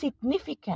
significant